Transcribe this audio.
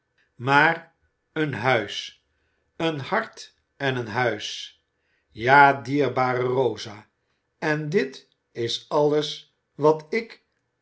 maar een huis een hart en een huis ja dierbare rosa en dit is alles wat ik